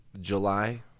July